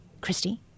Christy